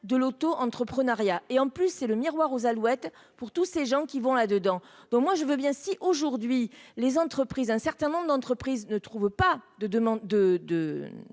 de l'auto-entreprenariat et en plus c'est le miroir aux Alouettes pour tous ces gens qui vont là-dedans, donc moi je veux bien, si aujourd'hui les entreprises un certain nombre d'entreprises ne trouvent pas de demande de,